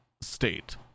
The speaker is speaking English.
state